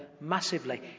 massively